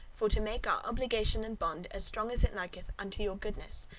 for to make our obligation and bond, as strong as it liketh unto your goodness,